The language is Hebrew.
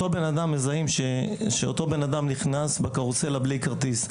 מזהים שאותו אדם נכנס בקרוסלה בלי כרטיס.